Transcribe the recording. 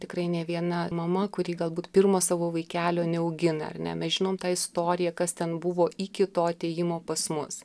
tikrai ne viena mama kuri galbūt pirmo savo vaikelio neaugina ar ne mes žinome tą istoriją kas ten buvo iki to atėjimo pas mus